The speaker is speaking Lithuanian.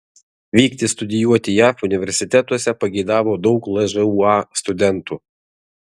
vykti studijuoti jav universitetuose pageidavo daug lžūa studentų